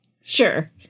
sure